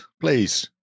please